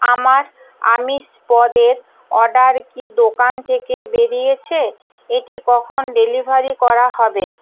আমার আমিষ পদের অর্ডার কি দোকান থেকে বেরিয়েছে এটি কখন ডেলিভারি করা হবে